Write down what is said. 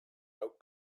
out